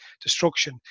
destruction